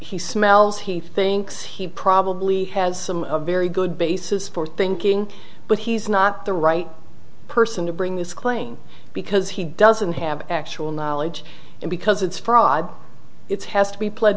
he smells he thinks he probably has some very good basis for thinking but he's not the right person to bring this claim because he doesn't have actual knowledge and because it's fraud it's has to be pl